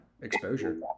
Exposure